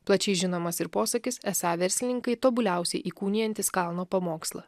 plačiai žinomas ir posakis esą verslininkai tobuliausiai įkūnijantis kalno pamokslą